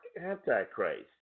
Antichrist